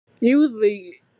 Usually